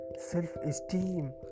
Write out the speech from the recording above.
self-esteem